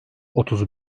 otuz